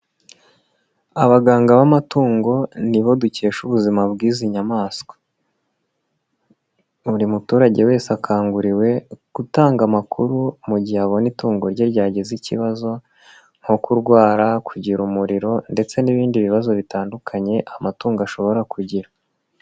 Abaganga b'amatungo nibo dusha bw'izimaswa. Buriturage wese akanguriwe gutanga amakuru mu gihe abona itungo ryagize ikibazo, nko kurwara, kugira umuriro, ndetse n'ibindi bibazo bitandukanye amatungo ashobora kugira.